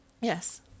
Yes